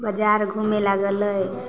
बजार घुमैलए गेलै